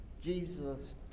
Jesus